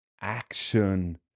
action